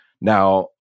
Now